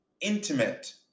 intimate